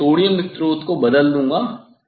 मैं सोडियम स्रोत को बदल दूंगा